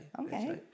Okay